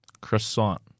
Croissant